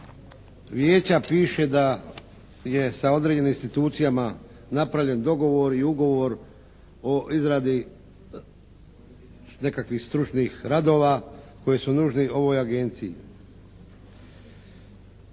Vijeća piše da je sa određenim institucijama napravljen dogovor i ugovor o izradi nekakvih stručnih radova koji su nužni ovoj Agenciji.